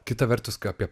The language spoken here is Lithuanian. kita vertus kai apie